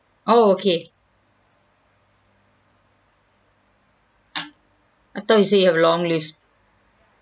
oh okay I thought you say you have long list